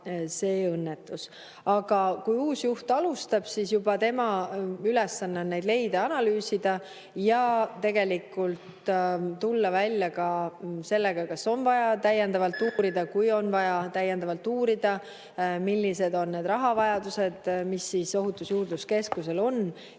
see õnnetus. Aga kui uus juht alustab, siis tema ülesanne on neid leide analüüsida ja tegelikult tulla välja ka sellega, kas on vaja täiendavalt uurida. Kui on vaja täiendavalt uurida, siis millised on need rahavajadused, mis Ohutusjuurdluse Keskusel on.